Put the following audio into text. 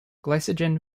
glycogen